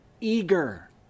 eager